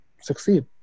succeed